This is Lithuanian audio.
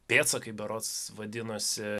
pėdsakai berods vadinosi